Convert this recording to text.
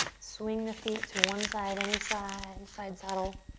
swing the feet to one side, any side, side saddle,